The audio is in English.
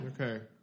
Okay